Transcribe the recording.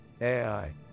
AI